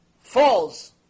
falls